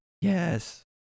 Yes